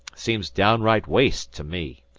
seems downright waste to me.